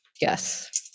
Yes